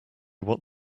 what